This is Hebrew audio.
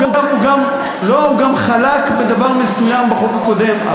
הוא גם חלק בדבר מסוים בחוק הקודם.